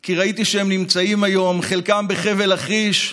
כי ראיתי שהם נמצאים היום, חלקם, בחבל לכיש,